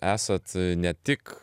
esat ne tik